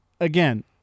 again